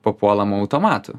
papuolama automatu